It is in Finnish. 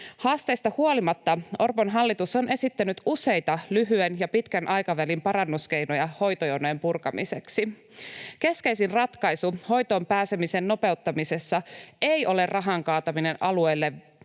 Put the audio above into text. Haasteista huolimatta Orpon hallitus on esittänyt useita lyhyen ja pitkän aikavälin parannuskeinoja hoitojonojen purkamiseksi. Keskeisin ratkaisu hoitoon pääsemisen nopeuttamisessa ei ole rahan kaataminen alueille vaan